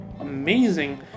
amazing